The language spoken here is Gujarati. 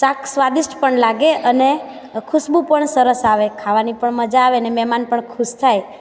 શાક સ્વાદિષ્ટ પણ લાગે અને ખુશ્બુ પણ સરસ આવે ખાવાની પણ મજા આવે અને મહેમાન પણ ખુશ થાય